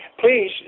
Please